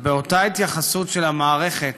באותה התייחסות של המערכת